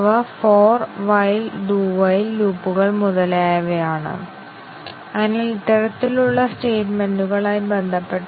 പക്ഷേ basic condition coverage ആവശ്യമാണെന്ന് മാത്രമല്ല ഡിസിഷൻ കവറേജും വേണമെന്ന് ഞങ്ങൾ നിർബന്ധിക്കുന്നു